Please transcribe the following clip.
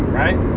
right